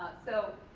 so